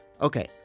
Okay